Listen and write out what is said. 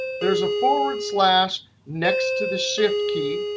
there's a forward slash next to the shift key.